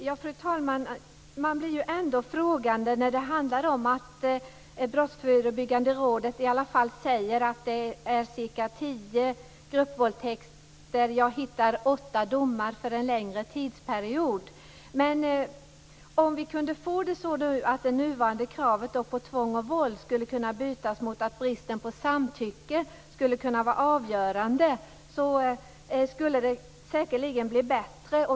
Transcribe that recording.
Fru talman! Man blir ändå frågande när Brottsförebyggande rådet säger att det är cirka tio gruppvåldtäkter - jag hittar åtta domar - över en längre tidsperiod. Om det nuvarande kravet på tvång och våld skulle kunna bytas ut mot att bristen på samtycke skulle kunna vara avgörande så skulle det säkerligen bli bättre.